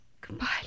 Goodbye